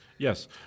Yes